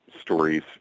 stories